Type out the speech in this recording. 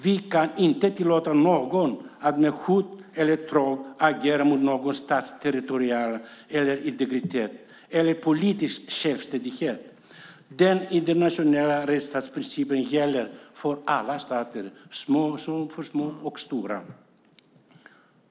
Vi kan inte tillåta någon att med hot eller tvång agera mot någon stats territoriella integritet eller politiska självständighet. Den internationella rättsstatsprincipen gäller alla stater, liten som stor."